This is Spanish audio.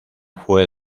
fue